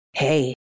Hey